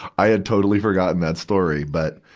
i had totally forgotten that story. but,